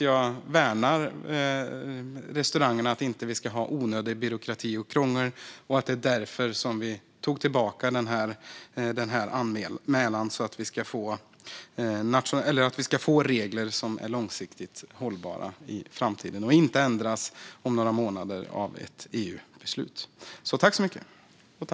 Jag värnar restaurangerna och tycker inte vi ska ha onödig byråkrati och krångel. Det är därför som vi tog tillbaka anmälan så att vi ska få regler som är långsiktigt hållbara i framtiden och inte ändras om några månader av ett EU-beslut.